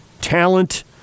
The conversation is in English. talent